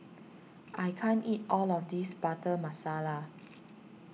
I can't eat all of this Butter Masala